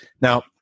Now